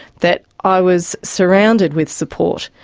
that i was surrounded with support.